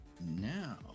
Now